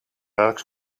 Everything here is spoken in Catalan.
arcs